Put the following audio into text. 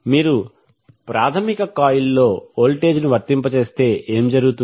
మీరు ప్రాధమిక కాయిల్లో వోల్టేజ్ను వర్తింపజేస్తే ఏమి జరుగుతుంది